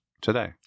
today